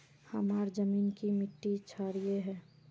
हमार जमीन की मिट्टी क्षारीय है?